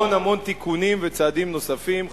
ועוד המון המון תיקונים וצעדים נוספים,